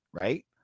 right